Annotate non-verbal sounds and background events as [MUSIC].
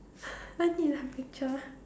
[BREATH] right in the picture